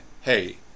hey